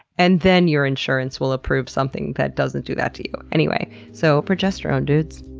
and then your insurance will approve something that doesn't do that to you. anyway, so progesterone, dudes,